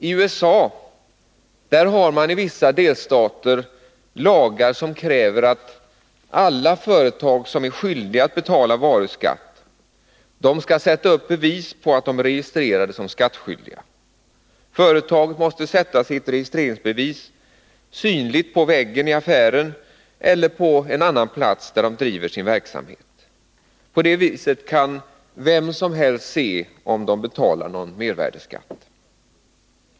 I vissa delstater i USA har man lagar som kräver att alla företag som är skyldiga att betala varuskatt skall sätta upp bevis på att de är registrerade som skattskyldiga. Företaget måste sätta sitt registreringsbevis synligt på väggen i affären eller på annan plats där de driver sin verksamhet. På det viset kan vem som helst se om de betalar mervärdeskatt.